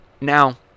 now